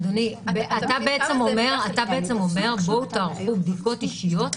אדוני, אתה אומר: תערכו בדיקות אישיות,